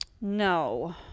no